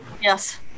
Yes